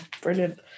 Brilliant